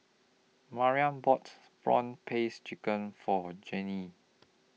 Mariah bought Prawn Paste Chicken For Jenny